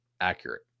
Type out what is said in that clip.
accurate